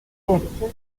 perchas